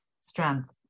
Strength